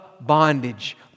bondage